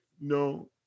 no